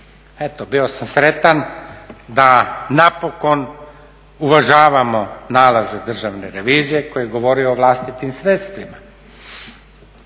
eto bio sam sretan da napokon uvažavamo nalaze Državne revizije koja govori o vlastitim sredstvima